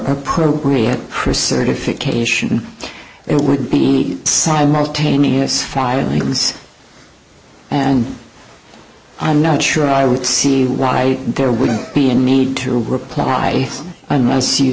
appropriate chris certification it would be simultaneous filings and i'm not sure i don't see why there wouldn't be a need to reply unless you